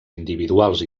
individuals